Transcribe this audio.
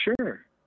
Sure